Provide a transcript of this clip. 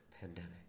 pandemic